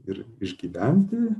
ir išgyventi